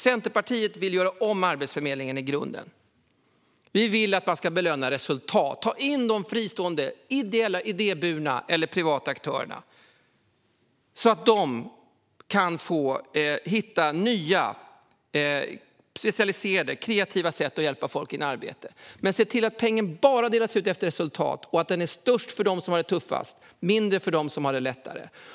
Centerpartiet vill göra om Arbetsförmedlingen i grunden. Vi vill att man ska belöna resultat. Ta in de fristående, ideella, idéburna eller privata aktörerna så att de kan få hitta nya, specialiserade och kreativa sätt att hjälpa folk in i arbete! Men se till att pengen bara delas ut efter resultat och att den är störst för dem som har det tuffast och mindre för dem som har det lättare.